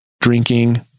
Drinking